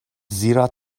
زیرا